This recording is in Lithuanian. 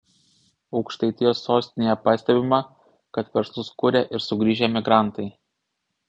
aukštaitijos sostinėje pastebima kad verslus kuria ir sugrįžę emigrantai